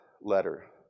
letter